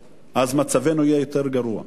מצבנו יהיה יותר גרוע.